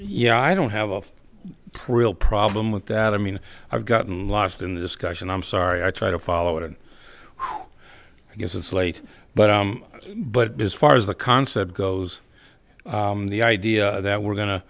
yeah i don't have a real problem with that i mean i've gotten lost in the discussion i'm sorry i try to follow it and who because of slate but but as far as the concept goes the idea that we're going to